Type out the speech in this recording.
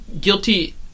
guilty